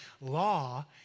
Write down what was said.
law